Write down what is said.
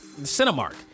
cinemark